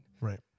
right